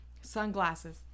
sunglasses